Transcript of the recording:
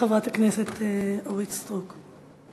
וחברת הכנסת אורית סטרוק.